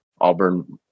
Auburn